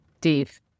Dave